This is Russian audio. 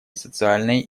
социальной